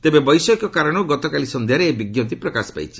ତେବେ ବୈଷୟିକ କାରଣର୍ ଗତକାଲି ସନ୍ଧ୍ୟାରେ ଏହି ବିଜ୍ଞପ୍ତି ପ୍ରକାଶ ପାଇଛି